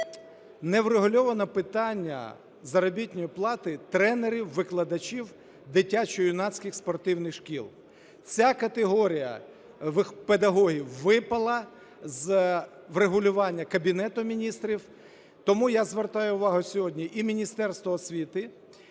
не врегульовано питання заробітної плати тренерів-викладачів дитячо-юнацьких спортивних шкіл, ця категорія у педагогів випала з врегулювання Кабінету Міністрів. Тому я звертаю увагу сьогодні і Міністерства освіти,